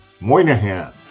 Moynihan